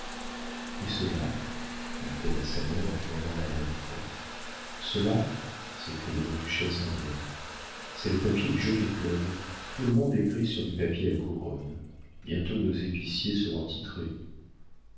et cela dit-elle à sa mère en tendant la lettre cela s'écria la duchesse en riant c'est le papier du jockey-club tout le monde écrit sur du papier à couronne bientôt nos épiciers seront titrés